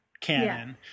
canon